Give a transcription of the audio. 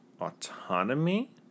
autonomy